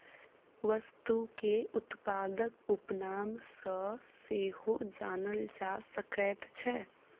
वस्तुकेँ उत्पादक उपनाम सँ सेहो जानल जा सकैत छै